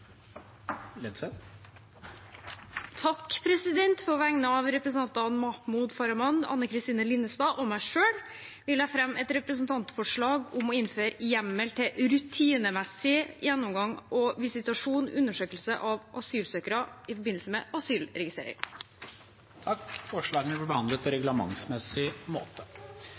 På vegne av representantene Mahmoud Farahmand, Anne Kristine Linnestad og meg selv vil jeg framsette et representantforslag om å innføre hjemmel til rutinemessig å gjennomføre visitasjon og undersøkelse av asylsøkere i forbindelse med asylregistreringen. Forslagene vil bli behandlet på reglementsmessig måte.